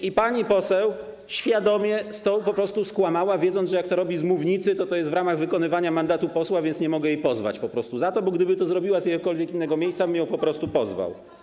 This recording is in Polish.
I pani poseł świadomie stąd po prostu skłamała, wiedząc, że, jak to robi z mównicy, to jest w ramach wykonywania mandatu posła, więc nie mogę jej pozwać, po prostu za to, bo gdyby to zrobiła z jakiegokolwiek innego miejsca, tobym ją po prostu pozwał.